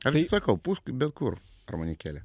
aš tai sakau pūsk bet kur armonikėlė